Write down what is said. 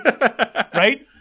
Right